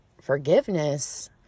forgiveness